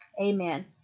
Amen